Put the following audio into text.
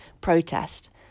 protest